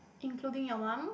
including your mom